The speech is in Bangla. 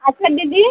আচ্ছা দিদি